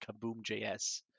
Kaboom.js